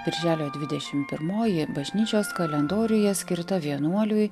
birželio dvidešim pirmoji bažnyčios kalendoriuje skirta vienuoliui